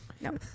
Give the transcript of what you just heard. No